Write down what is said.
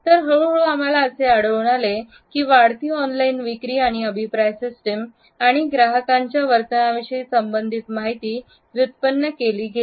तर हळूहळू आम्हाला असे दिसून येते की वाढती ऑनलाइन विक्री आणि अभिप्राय सिस्टम आणि ग्राहकांच्या वर्तनाविषयी संबंधित माहिती व्युत्पन्न केली गेली